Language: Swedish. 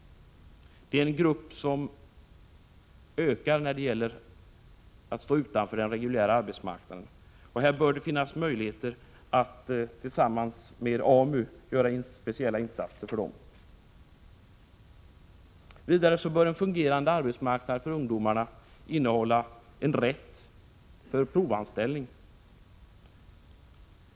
Antalet ungdomar i denna grupp som står utanför den reguljära arbetsmarknaden ökar. Det bör finnas möjligheter att tillsammans med AMU göra speciella insatser för dessa. En fungerande arbetsmarknad för ungdomarna bör innehålla en rätt till provanställning.